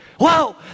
Wow